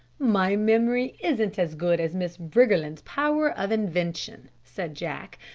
my memory isn't as good as miss briggerland's power of invention, said jack.